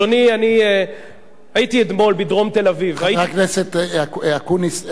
חבר הכנסת אקוניס,